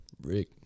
Rick